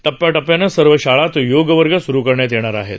टप्प्याटप्प्यान सर्व शाळात योगा वर्ग सुरू करण्यात यप्ताार आहप्त